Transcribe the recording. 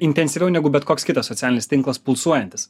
intensyviau negu bet koks kitas socialinis tinklas pulsuojantis